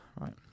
Right